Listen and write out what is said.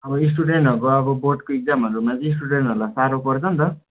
अब स्टुडेन्टहरूको अब बोर्डको एक्जामहरूमा चाहिँ स्टुडेन्टहरूलाई साह्रो पर्छन् त